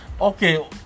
Okay